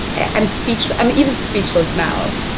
i'm speechless i mean even speechless now